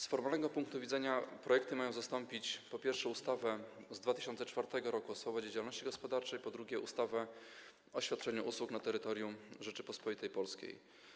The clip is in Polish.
Z formalnego punktu widzenia projekty mają zastąpić, po pierwsze, ustawę z 2004 r. o swobodzie działalności gospodarczej, a po drugie, ustawę o świadczeniu usług na terytorium Rzeczypospolitej Polskiej.